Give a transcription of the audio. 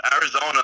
Arizona